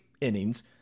innings